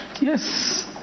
Yes